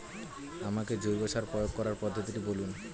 আমাকে জৈব সার প্রয়োগ করার পদ্ধতিটি বলুন?